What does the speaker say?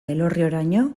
elorrioraino